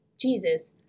Jesus